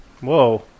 Whoa